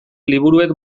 liburuek